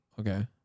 okay